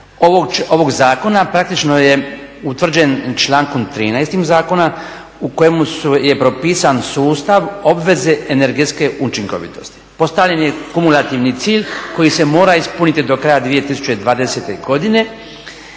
ovog zakona praktično je utvrđen člankom 13. zakona u kojem je propisan sustav, obveze energetske učinkovitosti. Postavljen je kumulativni cilj koji se mora ispuniti do kraja 2020. godine.